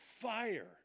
fire